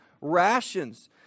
rations